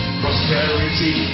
prosperity